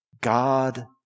God